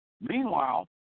Meanwhile